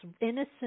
innocent